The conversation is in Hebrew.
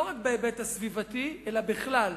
לא רק בהיבט הסביבתי אלא בכלל.